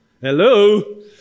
Hello